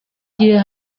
gihe